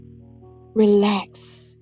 Relax